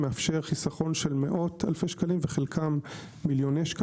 מאפשר חיסכון של מאות-אלפי שקלים וחלקם מיליוני שקלים-